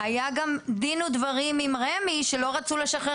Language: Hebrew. היה גם דין ודברים עם רשות מקרקעי ישראל